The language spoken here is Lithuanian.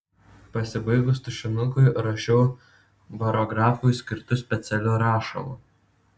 pasibaigus tušinukui rašiau barografui skirtu specialiu rašalu